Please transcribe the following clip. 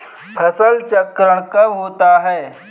फसल चक्रण कब होता है?